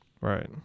Right